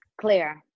Clear